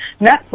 Netflix